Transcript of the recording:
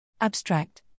Abstract